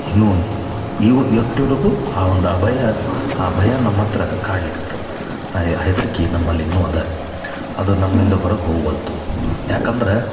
ಇನ್ನು ಒಂದು ಇವು ಇವತ್ವರೆಗು ಆ ಒಂದು ಆ ಭಯ ಆ ಭಯ ನಮ್ಮ ಹತ್ರ ಕಾಡ್ಲಿಕತ್ತದೆ ಆಯ ಹೆದ್ರಿಕೆ ನಮ್ಮಲ್ಲಿ ಇನ್ನು ಅದ ಅದು ನಮ್ಮಿಂದ ಹೊರಗೆ ಹೋಗ್ವಲ್ದು ಯಾಕಂದ್ರೆ